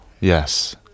Yes